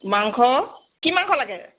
মাংস কি মাংস লাগে